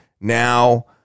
now